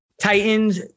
Titans